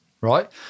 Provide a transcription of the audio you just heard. right